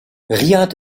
riad